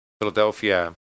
Philadelphia